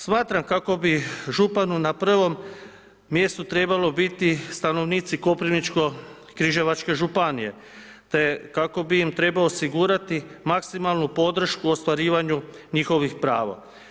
Smatram kako bi županu na prvom mjestu trebalo biti stanovnici Koprivničko-križevačke županije, te kako bi im trebao osigurati maksimalnu podršku u ostvarivanju njihovih prava.